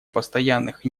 постоянных